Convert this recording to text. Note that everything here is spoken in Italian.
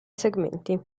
segmenti